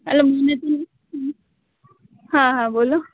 એટલે અમને તો એમ હા હા બોલો